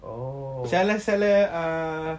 oh